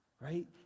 right